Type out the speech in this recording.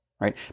Right